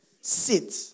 Sit